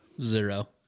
Zero